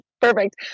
Perfect